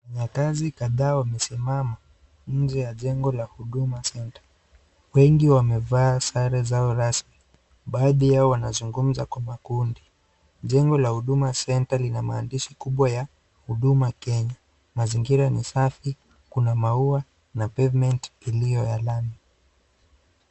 Wafanyikazi kadhaa wamesimama nje ya jengo la Huduma Center, wengi wamevaa sare zao rasmi, baadhi yao wanazungumza kwa makundi, jengo la Huduma Center lina maandishi kubwa ya Huduma Kenya, mazingira ni safi, kuna maua na pavement iliyo ya lami.